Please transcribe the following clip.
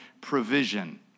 provision